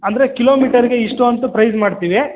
ಅಂದರೆ ಕಿಲೋಮೀಟರಿಗೆ ಇಷ್ಟು ಅಂತ ಪ್ರೈಝ್ ಮಾಡ್ತೀವಿ